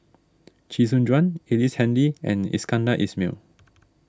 Chee Soon Juan Ellice Handy and Iskandar Ismail